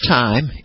time